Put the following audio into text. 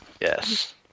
Yes